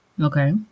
Okay